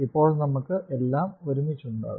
ഇപ്പോൾ നമുക്ക് എല്ലാം ഒരുമിച്ച് ഉണ്ടാകും